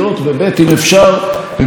לפחות תפרטו נושא-נושא,